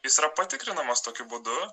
jis yra patikrinamas tokiu būdu